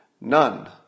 None